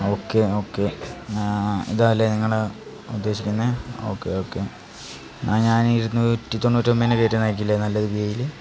okay okay ഇത് അല്ലേ നിങ്ങൾ ഉദ്ദേശിക്കുന്നത് ഓക്കെ ഓക്കെ എന്നാൽ ഞാൻ ഇരുന്നൂറ്റി തൊണ്ണൂറ്റി ഒമ്പതിന് കയരുന്നായിരിക്കില്ലേ നല്ലത് വിഐയിൽ